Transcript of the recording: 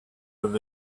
with